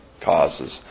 causes